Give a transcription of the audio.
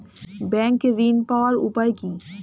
Bank ঋণ পাওয়ার উপায় কি?